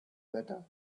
better